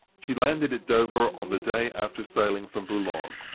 she landed at dover on the day after sailing from boulogne,